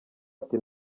ati